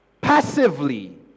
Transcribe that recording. passively